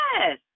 Yes